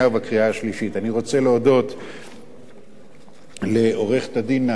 אני רוצה להודות לעורכת-הדין נעמה מנחמי,